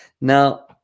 Now